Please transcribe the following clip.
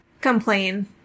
complain